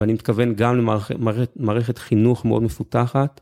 ואני מתכוון גם למערכת חינוך מאוד מפותחת.